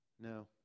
No